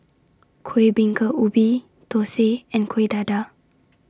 Kuih Bingka Ubi Thosai and Kuih Dadar